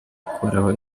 gukuraho